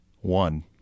One